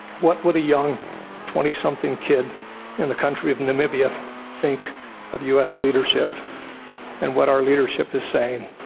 what would a young twenty something kid in the country of namibia think of u. s. leadership and what our leadership is saying?